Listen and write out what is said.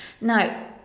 Now